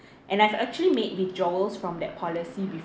and I've actually made withdrawals from that policy before